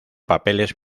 papeles